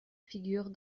figure